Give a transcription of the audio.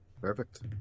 Perfect